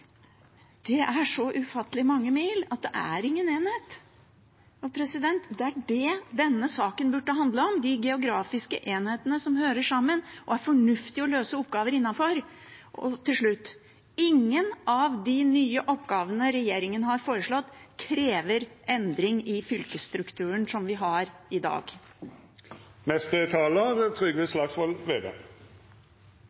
Det er så ufattelig mange mil – det er ingen enhet. Og det er det denne saken burde handle om – de geografiske enhetene som hører sammen, og som det er fornuftig å løse oppgaver innenfor. Til slutt: Ingen av de nye oppgavene regjeringen har foreslått, krever noen endring i den fylkesstrukturen vi har i